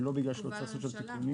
ולא בגלל שלא צריך לעשות שם תיקונים.